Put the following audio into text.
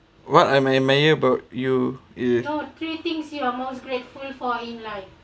what I admire about you is